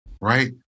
Right